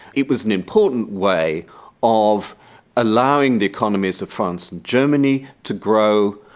it was an important way of allowing the economies of france and germany to grow,